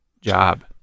job